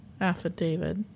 Affidavit